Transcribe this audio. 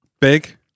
Big